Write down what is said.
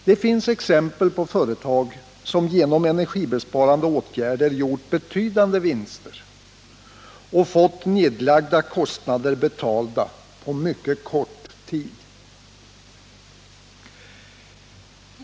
Det finns exempel på företag som genom energibesparande åtgärder gjort betydande vinster och fått nedlagda kostnader betalda på mycket kort tid.